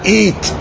eat